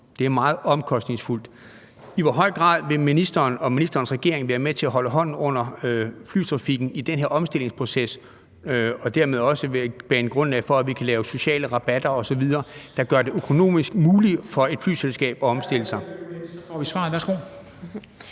Det er meget omkostningsfuldt. I hvor høj grad vil ministeren og ministerens regering være med til at holde hånden under flytrafikken i den her omstillingsproces og dermed også danne grundlaget for, at vi kan lave sociale rabatter osv., der gør det økonomisk muligt for et flyselskab at omstille sig? Kl.